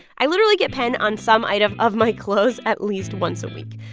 i literally get pen on some item of my clothes at least once a week,